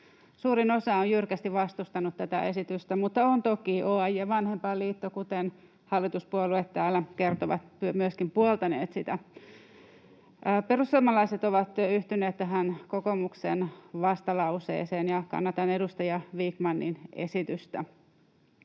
Suurin osa on jyrkästi vastustanut tätä esitystä, mutta toki OAJ ja Vanhempainliitto, kuten hallituspuolueet täällä kertovat, ovat myöskin puoltaneet sitä. Perussuomalaiset ovat yhtyneet kokoomuksen vastalauseeseen, ja kannatan edustaja Vikmanin esitystä.